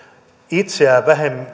itseäni